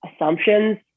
assumptions